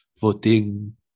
voting